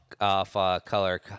Off-color